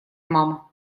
мама